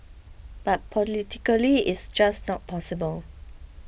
but politically it's just not possible